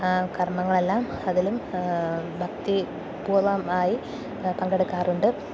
കർമ്മങ്ങളെല്ലാം അതിലും ഭക്തി പൂർവമായി പങ്കെടുക്കാറുണ്ട്